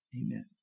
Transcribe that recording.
amen